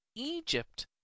Egypt